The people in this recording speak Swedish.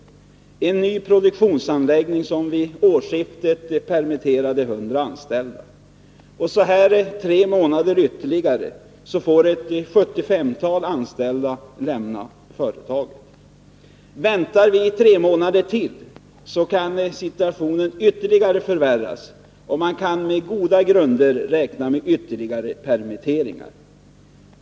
Det är en ny produktionsanläggning, där vid årsskiftet 100 anställda permitterades. Tre månader senare får ca 75 anställda lämna företaget. Väntar vi tre månader till kan situationen ytterligare förvärras, och man kan på goda grunder räkna med ytterligare permitteringar.